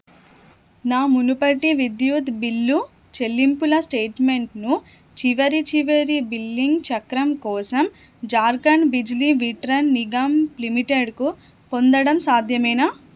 నా మునుపటి విద్యుత్ బిల్లు చెల్లింపుల స్టేట్మెంట్ను చివరి చివరి బిల్లింగ్ చక్రం కోసం జార్ఖండ్ బిజిలీ విత్రన్ నిగమ్ లిమిటెడ్కు పొందడం సాధ్యమేనా